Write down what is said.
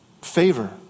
Favor